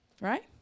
Right